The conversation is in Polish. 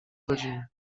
godziny